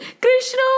Krishna